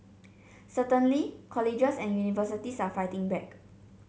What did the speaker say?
certainly colleges and universities are fighting back